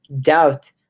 doubt